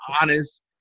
honest